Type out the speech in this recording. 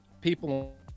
people